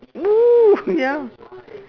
!woo! ya